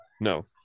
No